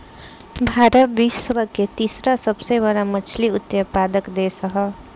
भारत विश्व के तीसरा सबसे बड़ मछली उत्पादक देश ह